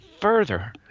further